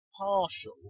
partial